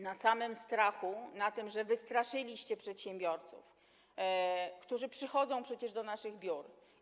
Na samym strachu, na tym, że wystraszyliście przedsiębiorców, którzy przychodzą przecież do naszych biur.